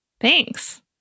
Thanks